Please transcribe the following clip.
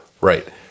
Right